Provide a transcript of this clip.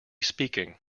speaking